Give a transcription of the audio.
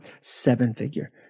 seven-figure